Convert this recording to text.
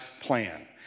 plan